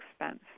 expense